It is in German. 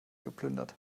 geplündert